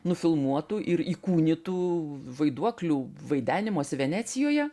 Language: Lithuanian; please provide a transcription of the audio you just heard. nufilmuotų ir įkūnytų vaiduoklių vaidenimosi venecijoje